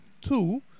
Two